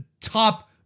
top